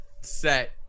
set